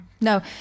no